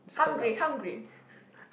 hungry hungry